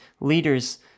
leaders